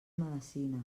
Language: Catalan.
medecina